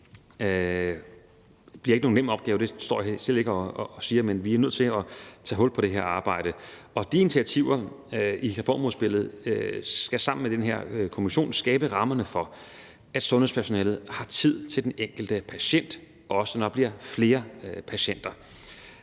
Det bliver ikke nogen nem opgave – det står jeg slet ikke og siger – men vi er nødt til at tage hul på det her arbejde. De initiativer i reformudspillet skal sammen med den her kommission skabe rammerne for, at sundhedspersonalet har tid til den enkelte patient, også når der bliver flere patienter